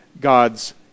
God's